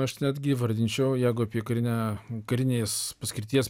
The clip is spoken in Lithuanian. aš netgi įvardinčiau jeigu apie karinę karinės paskirties